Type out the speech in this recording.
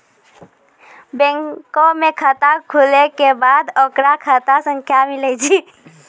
बैंको मे खाता खुलै के बाद ओकरो खाता संख्या मिलै छै